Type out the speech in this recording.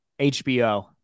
HBO